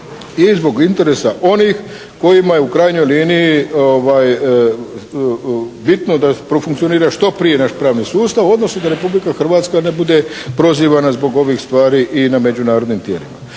i zbog interesa onih kojima je u krajnjoj liniji bitno da profunkcionira što prije naš pravni sustav, odnosno da Republika Hrvatska ne bude prozivana zbog ovih stvari i na međunarodnim tijelima.